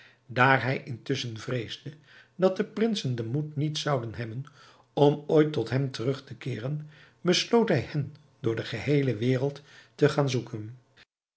daar hij intusschen vreesde dat de prinsen den moed niet zouden hebben om ooit tot hem terug te keeren besloot hij hen door de geheele wereld te gaan zoeken